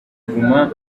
guma